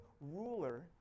ruler